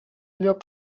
llop